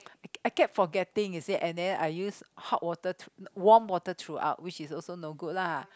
I I kept forgetting you see and then I use hot water to warm water throughout which is also no good lah